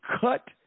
cut